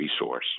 resource